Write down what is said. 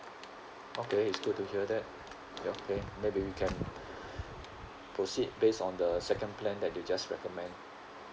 okay it's good to hear that okay maybe we can proceed based on the second plan that you just recommend